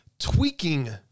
tweaking